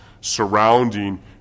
surrounding